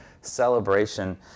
celebration